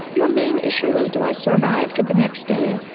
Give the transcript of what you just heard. your main issue was, do i survive to the next day?